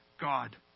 God